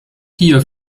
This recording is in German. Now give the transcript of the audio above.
hier